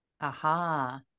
Aha